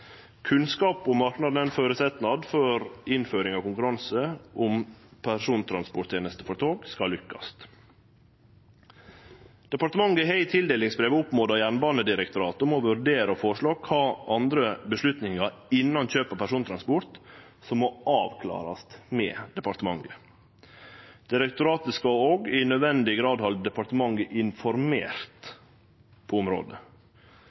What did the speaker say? Kunnskap om marknaden er ein føresetnad for at innføringa av konkurranse om persontransporttenester med tog skal lykkast. Departementet har i tildelingsbrevet oppmoda Jernbanedirektoratet om å vurdere og føreslå kva andre avgjerder innan kjøp av persontransport som må avklarast med departementet. Direktoratet skal også i nødvendig grad halde departementet informert på området.